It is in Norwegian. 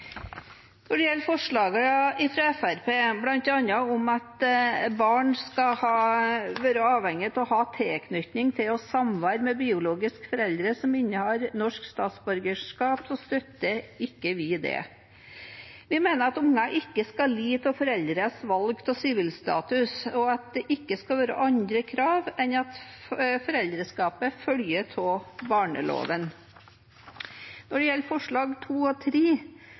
Når det gjelder forslagene fra Fremskrittspartiet, støtter vi ikke kravet om at barn skal være avhengige av å ha tilknytning til og samvær med en biologisk forelder som har norsk statsborgerskap. Vi mener at unger ikke skal lide for foreldrenes valg av sivilstatus, og at det ikke skal være andre krav enn at foreldreskapet følger av barneloven. Når det gjelder forslagene nr. 2 og